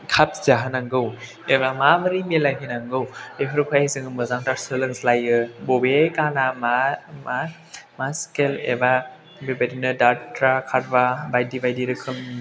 खाब जाहोनांगौ एबा माबोरै मिलायहोनांगौ बेफोरनिफ्राय जों मोजांथार सोलोंलायो बबे गानआ मा स्केल एबा बेबायदिनो दाद्रा खारबा बायदि बायदि रोखोमनि